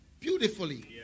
beautifully